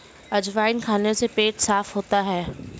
अजवाइन खाने से पेट साफ़ होता है